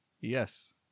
Yes